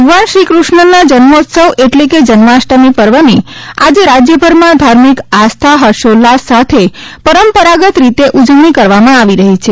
ભગવાન શ્રી કૃષ્ણના જન્મોત્સવ એટલે કે જન્માષ્ટમી પર્વની આજે રાજ્યભરમાં ધાર્મિક આસ્થા હર્ષોલ્લાસ સાથે પરમ પરંપરાગત રીતે ઉજવણી કરવામાં આવી રહી છે